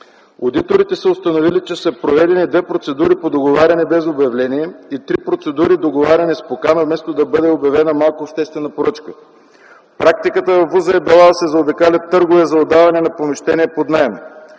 Одиторите са установили, че са проведени две процедури по договаряне без обявление и 3 процедури – договаряне с покана, вместо да бъде обявена малка обществена поръчка. Практиката във ВУЗ-а е била да се заобикалят търгове за отдаване на помещения под наем.